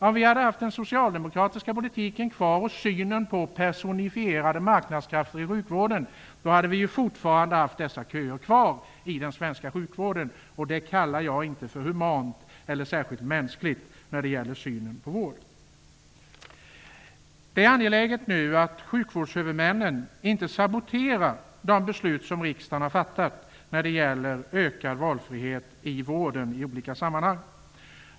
Om vi hade haft kvar den socialdemokratiska politiken och synen på personifierade marknadskrafter i sjukvården, då hade vi fortfarande haft dessa köer kvar. Det kallar jag inte särskilt mänskligt. Nu är det angeläget att sjukvårdshuvudmännen inte saboterar de beslut riksdagen har fattat när det gäller ökad valfrihet i vården.